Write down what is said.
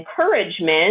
encouragement